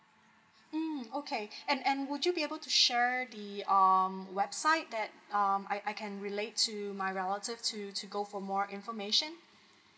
mm okay and and would you be able to share the um website that um I I can relate to my relative to to go for more information